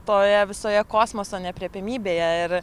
toje visoje kosmoso neaprėpiamybėje ir